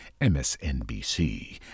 MSNBC